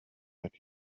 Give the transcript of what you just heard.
that